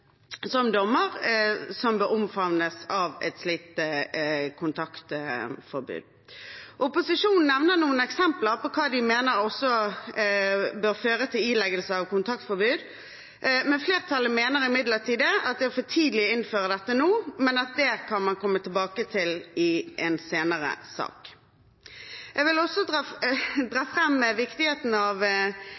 bør omfattes av et slikt kontaktforbud. Opposisjonen nevner noen eksempler på hva de mener også bør føre til ileggelse av kontaktforbud. Flertallet mener imidlertid at det er for tidlig å innføre dette nå, men at man kan komme tilbake til det i en senere sak. Jeg vil også dra fram viktigheten av